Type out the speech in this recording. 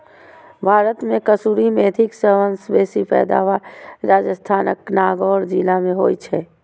भारत मे कसूरी मेथीक सबसं बेसी पैदावार राजस्थानक नागौर जिला मे होइ छै